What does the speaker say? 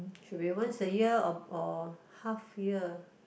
should be once a year or or half year